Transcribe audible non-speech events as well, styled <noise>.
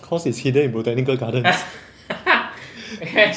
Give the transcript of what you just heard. cause it's hidden in botanical gardens <laughs>